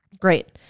Great